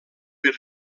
per